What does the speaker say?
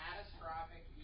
catastrophic